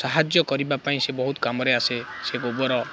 ସାହାଯ୍ୟ କରିବା ପାଇଁ ସେ ବହୁତ କାମରେ ଆସେ ସେ ଗୋବର